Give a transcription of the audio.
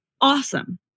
awesome